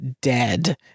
dead